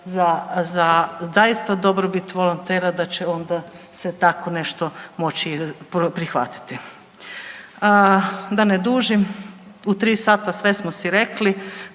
za, zaista dobrobit volontera da će onda se takvo nešto moći i prihvatiti. Da ne dužim, u 3 sata sve smo si rekli,